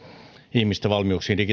ihmisten valmiuksiin